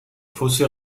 fossé